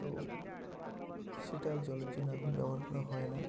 তো সেটা জলের জন্য এখন ব্যবহার করা হয় না